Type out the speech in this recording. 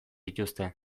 dituzte